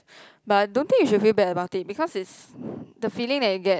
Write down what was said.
but I don't think you should feel bad about it because it's the feeling that you get